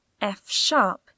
F-sharp